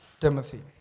Timothy